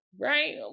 Right